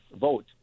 vote